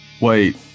Wait